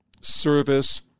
service